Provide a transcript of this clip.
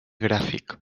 gràfic